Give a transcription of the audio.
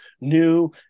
new